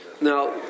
Now